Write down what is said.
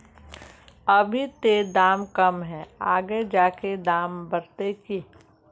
अभी ते दाम कम है आगे जाके दाम बढ़ते की?